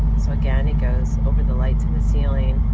so again it goes over the lights in the ceiling.